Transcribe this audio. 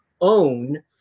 own